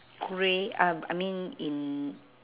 grey um I mean in